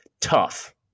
tough